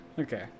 okay